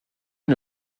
est